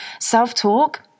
self-talk